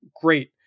great